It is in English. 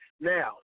Now